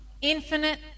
infinite